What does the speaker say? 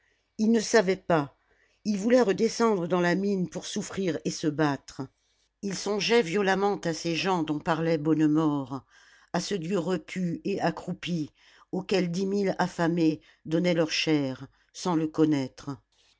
il ne savait pas il voulait redescendre dans la mine pour souffrir et se battre il songeait violemment à ces gens dont parlait bonnemort à ce dieu repu et accroupi auquel dix mille affamés donnaient leur chair sans le connaître